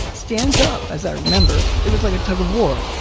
stands up, as i remember, it was like a tug-of-war.